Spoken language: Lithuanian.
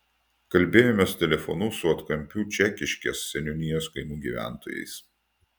kalbėjomės telefonu su atkampių čekiškės seniūnijos kaimų gyventojais